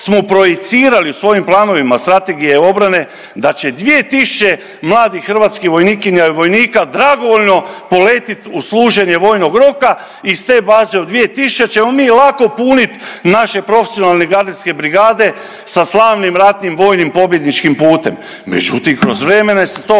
smo projicirali u svojim planovima strategije obrane, da će 2000 mladih hrvatskih vojnikinja i vojnika dragovoljno poletit u služenje vojnog roka, iz te baze od 2000 ćemo mi lako punit naše profesionalne gardijske brigade sa slavnim ratnim vojnim pobjedničkim putem. Međutim, kroz vrijeme se to